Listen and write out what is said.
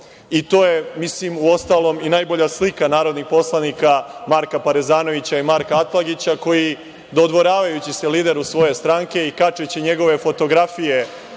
I to je, mislim, uostalom i najbolja slika narodnih poslanika Marka Parezanovića i Marka Atlagića, koji dodvoravajući se lideru svoje stranke i kačeći njegove fotografije